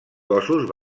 cossos